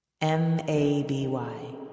M-A-B-Y